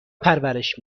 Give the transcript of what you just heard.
پرورش